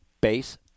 base